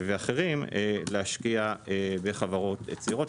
ואחרים להשקיע בחברות צעירות.